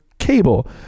cable